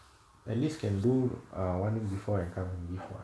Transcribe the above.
at least can do err one in before and currently before